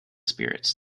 spirits